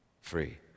free